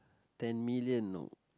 ten million you know